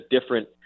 different